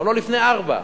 גם לא לפני ארבע.